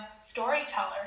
storyteller